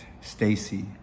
Stacy